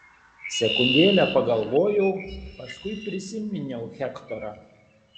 sekundėlę pagalvojau paskui prisiminiau hektorą